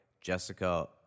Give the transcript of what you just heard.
Jessica